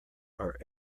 are